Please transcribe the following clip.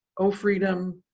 oh, freedom,